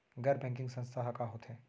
गैर बैंकिंग संस्था ह का होथे?